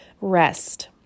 rest